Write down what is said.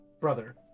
brother